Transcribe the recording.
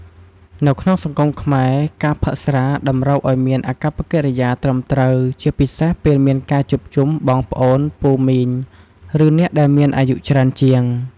នៅក្នុងសង្គមខ្មែរ ការផឹកស្រា តម្រូវអោយមានអាកប្បកិរិយាត្រឹមត្រូវជាពិសេសពេលមានការជួបជុំ បងប្អូន ពូមីង ឬអ្នកដែលមានអាយុច្រើងជាង។